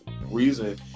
reason